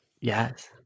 Yes